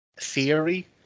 theory